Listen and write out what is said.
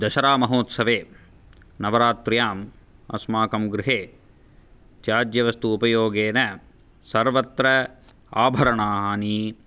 दशरामहोत्सवे नवरात्र्याम् अस्मकं गृहे त्याज्वस्तु उपयोगेन सर्वत्र आभरणानि